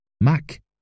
Mac